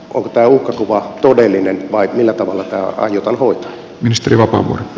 onko tämä uhkakuva todellinen vai millä tavalla tämä aiotaan hoitaa